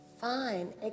fine